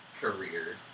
career